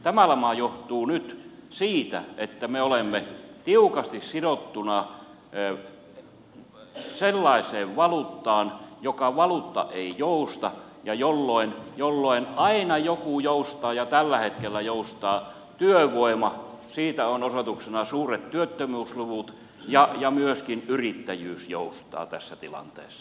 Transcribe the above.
tämä lama johtuu nyt siitä että me olemme tiukasti sidottuna sellaiseen valuuttaan joka ei jousta jolloin aina joku joustaa ja tällä hetkellä joustaa työvoima siitä ovat osoituksena suuret työttömyysluvut ja myös yrittäjyys joustaa tässä tilanteessa